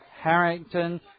Harrington